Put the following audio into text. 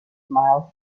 smiled